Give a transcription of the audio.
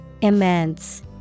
Immense